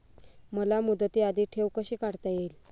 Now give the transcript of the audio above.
मला मुदती आधी ठेव कशी काढता येईल?